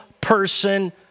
person